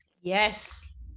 yes